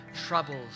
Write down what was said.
troubles